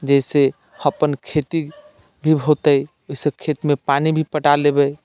जाहिसँ अपन खेती भी होतै ओहिसँ खेतमे पानि भी पटा लेबै